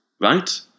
right